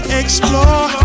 explore